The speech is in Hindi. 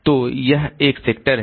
तो यह एक सेक्टर है